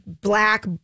black